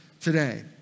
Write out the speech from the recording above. today